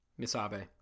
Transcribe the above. Misabe